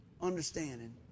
Understanding